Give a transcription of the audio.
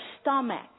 stomach